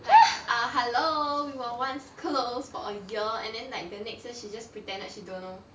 like ah hello we were once close for a year and then like the next year she just pretended she don't know